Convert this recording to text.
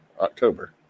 October